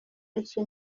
ica